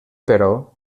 però